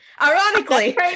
Ironically